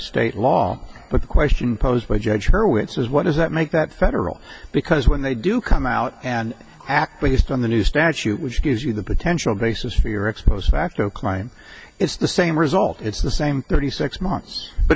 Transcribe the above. state law but the question posed by judge her wits is what does that make that federal because when they do come out and act based on the new statute which gives you the potential basis for your ex post facto claim it's the same result it's the same thirty six months but